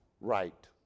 right